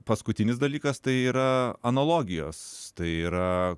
paskutinis dalykas tai yra analogijos tai yra